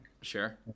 sure